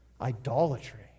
Idolatry